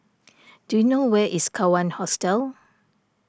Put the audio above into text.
do you know where is Kawan Hostel